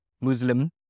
Muslim